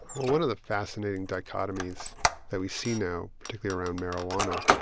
well, one of the fascinating dichotomies that we see now, particularly around marijuana,